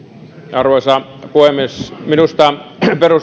arvoisa puhemies minusta